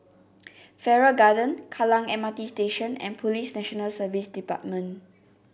Farrer Garden Kallang M R T Station and Police National Service Department